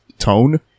tone